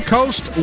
Coast